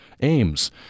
aims